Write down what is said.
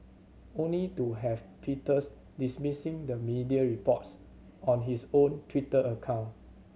only to have Peters dismissing the media reports on his own Twitter account